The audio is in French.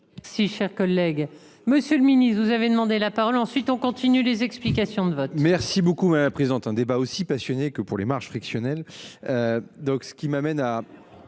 Si cher collègue, Monsieur le Ministre, vous avez demandé la parole. Ensuite on continue. Les explications de vote. Merci beaucoup présente un débat aussi passionné que pour les marges frictionnel. Donc ce qui m'amène à.